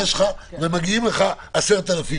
יש לי בעיה עם הפרס הזה.